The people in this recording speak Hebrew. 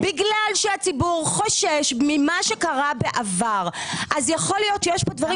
בגלל שהציבור חושש ממה שקרה בעבר אז יכול להיות שיש פה דברים